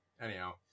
Anyhow